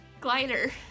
Glider